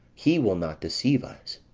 he will not deceive us.